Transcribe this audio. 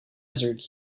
desert